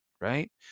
right